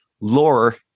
Lore